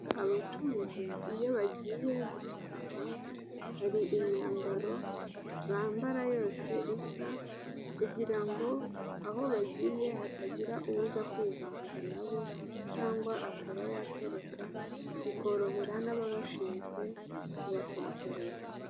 Abafunze iyo bagiye gusohoka hari imyambaro bambara yose isa, kugira ngo aho bagiye hatagira uza kwivanga na bo cyangwa akaba yatoroka, bikorohera n'ababashinzwe kubakontorora.